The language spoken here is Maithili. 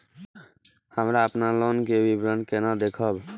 हमरा अपन लोन के विवरण केना देखब?